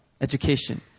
education